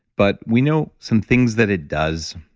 but we know some things that it does,